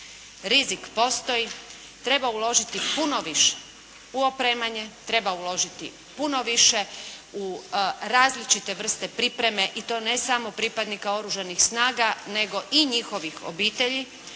Rizik postoji, treba uložiti puno više u opremanje, treba uložiti puno više u različite vrste pripreme i to ne samo pripadnika oružanih snaga nego i njihovih obitelji.